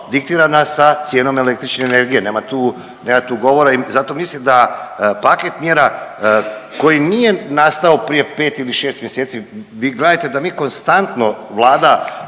diktirana sa cijenom električne energije, nema tu govora i zato mislim da paket mjera koji nije nastao prije 5 ili 6 mjeseci, vi gledajte da mi konstantno, Vlada